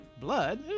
Blood